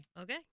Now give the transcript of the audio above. Okay